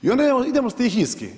Onda idemo stihijski.